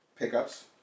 pickups